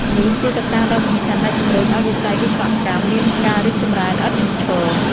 នេះជាកត្តាដ៏សំខាន់ដែលជំរុញឲ្យវិស័យវិស្វកម្មមានការរីកចម្រើនឥតឈប់ឈរ។